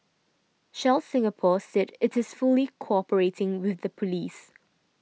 shell Singapore said it is fully cooperating with the police